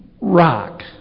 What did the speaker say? rock